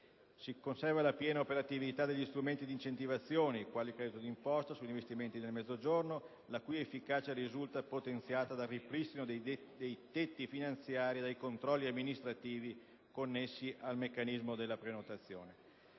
Conserva la piena operatività degli strumenti di incentivazione, quali il credito d'imposta sugli investimenti nel Mezzogiorno, la cui efficacia risulta potenziata dal ripristino dei tetti finanziari e dai controlli amministrativi connessi al meccanismo della prenotazione.